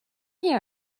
here